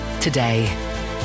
today